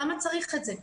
למה צריך את זה?